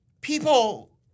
people